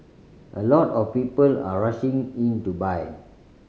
a lot of people are rushing in to buy